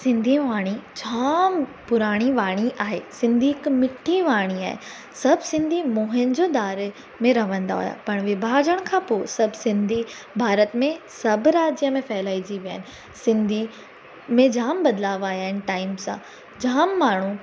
सिंधी वाणी जाम पुराणी वाणी आहे सिंधी हिकु मिठी वाणी आहे सब सिंधी मोहनजोदड़ो में रहंदा हुआ पर विभाजण खां पोइ सभु सिंधी भारत में सभु राज्य में फैलजी विया आहिनि सिंधी में जाम बदिलाव आया आहिनि टाइम सां जाम माण्हू